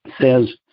says